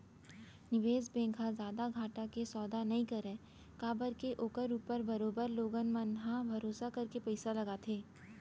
निवेस बेंक ह जादा घाटा के सौदा नई करय काबर के ओखर ऊपर बरोबर लोगन मन ह भरोसा करके पइसा ल लगाथे